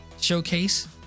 showcase